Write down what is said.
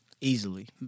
easily